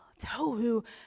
Tohu